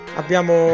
abbiamo